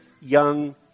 young